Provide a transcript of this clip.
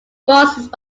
sponsored